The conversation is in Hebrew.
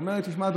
הוא אמר לי: תשמע,